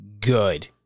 good